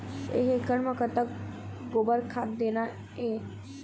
एक एकड़ म कतक गोबर खाद देना ये?